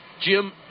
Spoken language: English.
Jim